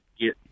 get